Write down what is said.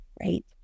Right